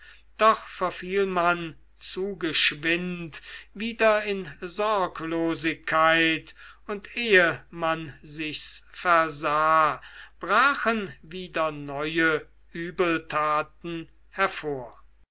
doch verfiel man zu geschwind wieder in sorglosigkeit und ehe man sich's versah brachen wieder neue übeltaten hervor